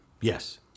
yes